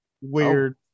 weird